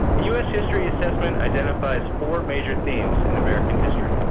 the u s. history assessment identifies four major themes in american history.